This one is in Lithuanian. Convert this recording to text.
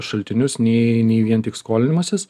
šaltinius nei nei vien tik skolinimasis